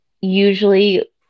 usually